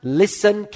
listen